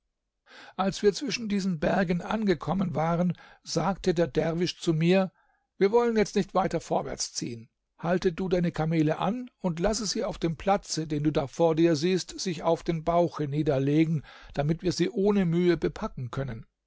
als wir zwischen diesen bergen angekommen waren sagte der derwisch zu mir wir wollen jetzt nicht weiter vorwärts ziehen halte du deine kamele an und lasse sie auf dem platze den du da vor dir siehst sich auf den bauch niederlegen damit wir sie ohne mühe bepacken können